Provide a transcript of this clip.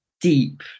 deep